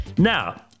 Now